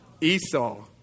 Esau